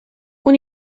اون